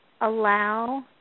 allow